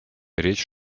речь